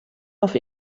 auf